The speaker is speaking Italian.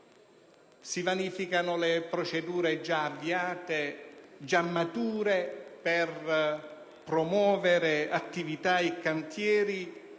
Si vanificano le procedure già avviate, già mature per promuovere attività e cantieri